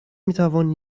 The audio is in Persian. میتوان